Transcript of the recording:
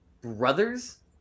Brothers